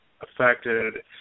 affected